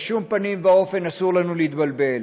בשום פנים ואופן אסור לנו להתבלבל.